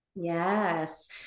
Yes